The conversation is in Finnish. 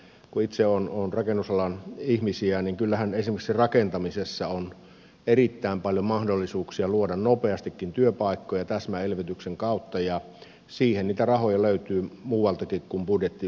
kun itse olen rakennusalan ihmisiä niin kyllähän esimerkiksi rakentamisessa on erittäin paljon mahdollisuuksia luoda nopeastikin työpaikkoja täsmäelvytyksen kautta ja siihen niitä rahoja löytyy muualtakin kuin budjettivaroista